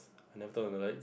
I never turn on the light